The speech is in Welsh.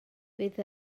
fydd